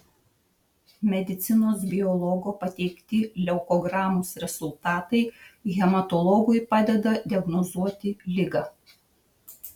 medicinos biologo pateikti leukogramos rezultatai hematologui padeda diagnozuoti ligą